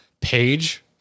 page